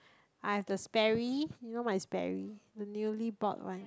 I have the Sperry you know my Sperry the newly bought right